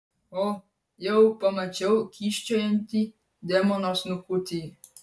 o jau pamačiau kyščiojantį demono snukutį